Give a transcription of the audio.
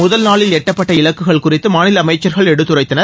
முதல்நாளில் எட்டப்பட்ட இலக்குகள் குறித்து மாநில அமைச்சர்கள் எடுத்துரைத்தனர்